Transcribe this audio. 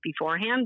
beforehand